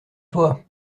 toi